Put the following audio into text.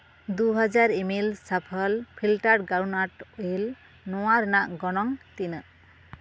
ᱫᱩ ᱦᱟᱡᱟᱨ ML Safal filtered groundnut oil ᱱᱚᱣᱟ ᱨᱮᱱᱟᱜ ᱜᱚᱱᱚᱝ ᱛᱤᱱᱟᱹᱜ